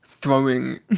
throwing